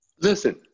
Listen